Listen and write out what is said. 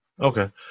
Okay